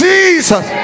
Jesus